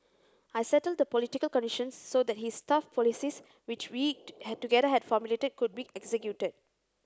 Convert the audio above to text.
I settled the political conditions so that his tough policies which we together had formulated could be executed